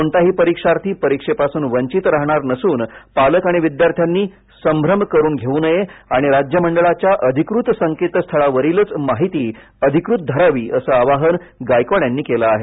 कोणताही परीक्षार्थी परीक्षेपासन वंचित राहणार नसन पालक आणि विद्यार्थ्यांनी संभ्रम करून घेऊ नये आणि राज्य मंडळाच्या अधिकृत संकेतस्थळावरीलच माहिती अधिकृत धरावी असं आवाहन गायकवाड यांनी केलं आहे